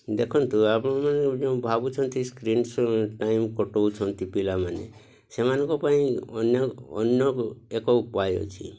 ଦେଖନ୍ତୁ ଆପଣମାନେ ଯୋଉ ଭାବୁଛନ୍ତି ସ୍କ୍ରିନ୍ ଟାଇମ୍ କଟଉଛନ୍ତି ପିଲାମାନେ ସେମାନଙ୍କ ପାଇଁ ଅନ୍ୟ ଅନ୍ୟ ଏକ ଉପାୟ ଅଛି